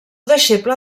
deixeble